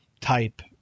type